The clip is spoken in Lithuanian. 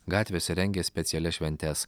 gatvėse rengia specialias šventes